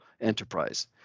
enterprise